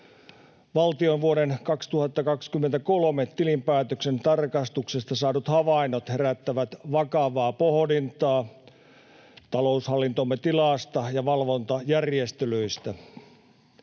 Valtion vuoden 2023 tilinpäätöksen tarkastuksesta saadut havainnot herättävät vakavaa pohdintaa taloushallintomme tilasta ja valvontajärjestelyistä.